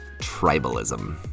Tribalism